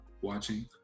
watching